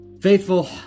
Faithful